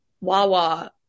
Wawa